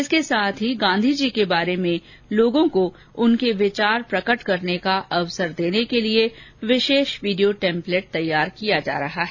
इसके साथ ही गांधी जी के बारे में लोगों को उनके विचार प्रकट करने का अवसर देने के लिए विशेष वीडियो टैम्प्लेट तैयार किया जा रहा है